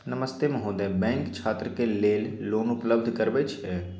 नमस्ते महोदय, बैंक छात्र के लेल लोन उपलब्ध करबे छै?